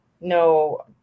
No